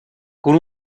con